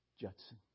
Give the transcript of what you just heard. Judson